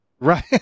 Right